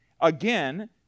Again